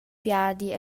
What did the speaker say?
viadi